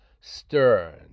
stern